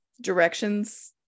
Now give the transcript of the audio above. directions